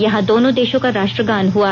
यहां दोनों देशों का राष्ट्रगान हुआ